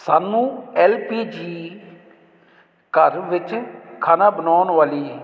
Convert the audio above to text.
ਸਾਨੂੰ L P G ਘਰ ਵਿੱਚ ਖਾਣਾ ਬਣਾਉਣ ਵਾਲੀ